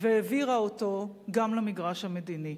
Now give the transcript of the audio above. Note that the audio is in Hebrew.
והעבירה אותו גם למגרש המדיני.